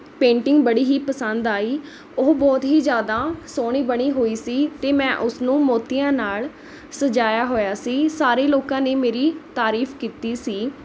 painting ਬੜੀ ਹੀ ਪਸੰਦ ਆਈ ਉਹ ਬਹੁਤ ਹੀ ਜ਼ਿਆਦਾ ਸੋਹਣੀ ਬਣੀ ਹੋਈ ਸੀ ਅਤੇ ਮੈਂ ਉਸਨੂੰ ਮੋਤੀਆਂ ਨਾਲ ਸਜਾਇਆ ਹੋਇਆ ਸੀ ਸਾਰੇ ਲੋਕਾਂ ਨੇ ਮੇਰੀ ਤਾਰੀਫ ਕੀਤੀ ਸੀ